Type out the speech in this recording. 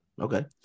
Okay